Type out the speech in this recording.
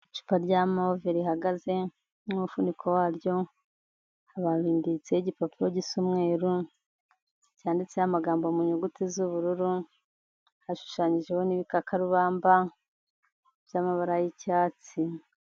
Icupa rya move rihagaze n'umuvuniko waryo, babinditseho igipapuro gisa umweru cyanditseho amagambo mu nyuguti z'ubururu, hashushanyijeho n'ibikakarubamba by'amabara y'icyatsi.